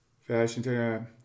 Fashion